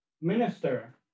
Minister